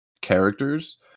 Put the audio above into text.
characters